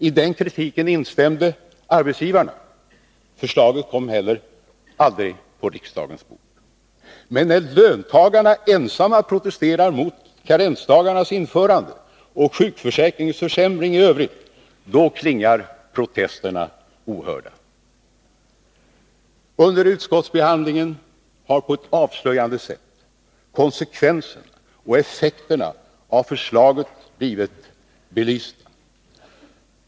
I den kritiken instämde arbetsgivarna. Förslaget kom heller aldrig på riksdagens bord. Men när löntagarna ensamma protesterar mot karensdagarnas införande och sjukförsäkringens försämring i övrigt, då klingar protesterna ohörda. Under utskottsbehandlingen har på ett avslöjande sätt konsekvenserna och effekterna av förslagen blivit belysta.